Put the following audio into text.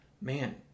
man